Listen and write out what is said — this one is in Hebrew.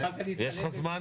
התחלת --- יש לך זמן